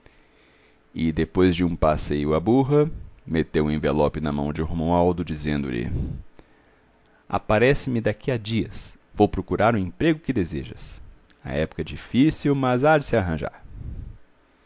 depois de um passeio â burra meteu um envelope na mão de romualdo dizendo-lhe aparece-me daqui a dias vou procurar o emprego que desejas a época é difícil mas há de se arranjar